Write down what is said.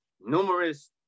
numerous